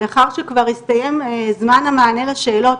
לאחר שכבר הסתיים זמן המענה לשאלות.